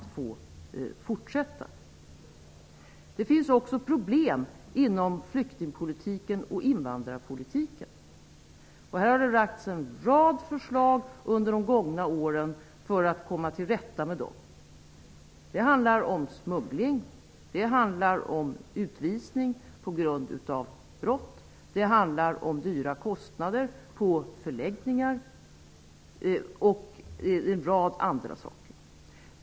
Det finns också problem inom flyktingpolitiken och invandrarpolitiken. Här har det lagts fram en rad förslag under de gångna åren för att man skall kunna komma till rätta med dessa problem. Det handlar om smuggling, om utvisning på grund av brott, om dyra kostnader för förläggningar och en rad andra saker.